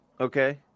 Okay